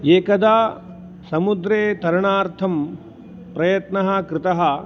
एकदा समुद्रे तरणार्थं प्रयत्नः कृतः